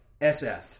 SF